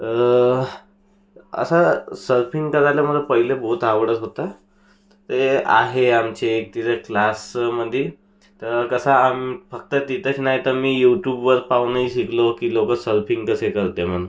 असा सरफिंग दगाडल्यामुळे पहिले बहोत आवडत होतं ते आहे आमचे तिथं क्लासमध्ये तर कसा आम्ही फक्त तिथेच नाही तर मी यूट्युबवर पाहूनही शिकलो की लोक सलफिंग कसे करते म्हणून